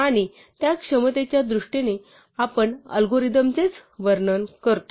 आणि त्या क्षमतेच्या दृष्टीने आपण अल्गोरिदमचेच वर्णन करतो